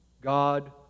God